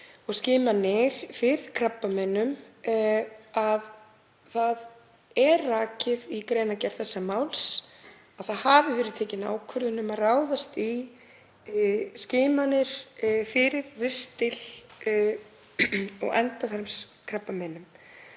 um skimanir fyrir krabbameinum, að það er rakið í greinargerð þessa máls að tekin hafi verið ákvörðun um að ráðast í skimanir fyrir ristil- og endaþarmskrabbameini.